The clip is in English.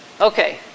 Okay